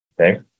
okay